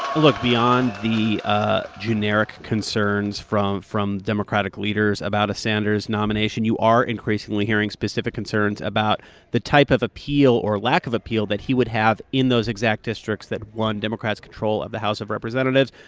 look. beyond the generic concerns from from democratic leaders about a sanders nomination, you are increasingly hearing specific concerns about the type of appeal or lack of appeal that he would have in those exact districts that won democrats control of the house of representatives.